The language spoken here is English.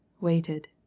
waited